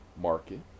market